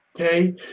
Okay